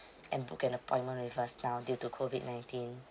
and book an appointment with our staff due to COVID nineteen